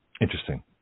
Interesting